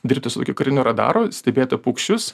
dirbti su kariniu radaru stebėti paukščius